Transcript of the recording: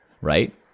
right